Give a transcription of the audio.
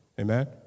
Amen